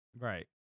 Right